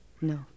No